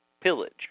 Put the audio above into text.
pillage